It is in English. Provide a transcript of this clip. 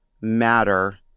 matter